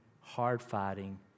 hard-fighting